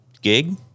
gig